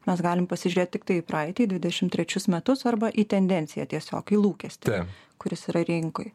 mes galim pasižiūrėt tiktai į praeitį dvidešim trečius metus arba į tendenciją tiesiog lūkestį kuris yra rinkoj